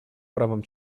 правам